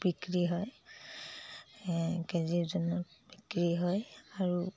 বিক্ৰী হয় কেজি ওজনত বিক্ৰী হয় আৰু